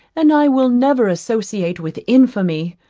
and i will never associate with infamy.